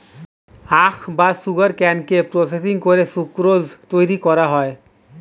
আখ বা সুগারকেনকে প্রসেসিং করে সুক্রোজ তৈরি করা হয়